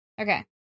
Okay